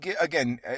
again